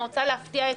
אני רוצה להפתיע אתכם,